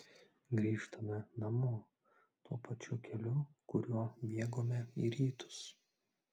grįžtame namo tuo pačiu keliu kuriuo bėgome į rytus